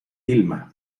vilma